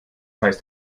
heißt